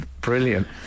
brilliant